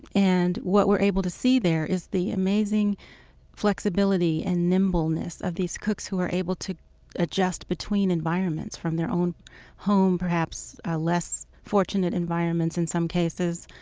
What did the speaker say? and what we're able to see there is the amazing flexibility and nimbleness of these cooks who are able to adjust between environments from their own home, perhaps less fortunate environments in some cases,